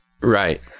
Right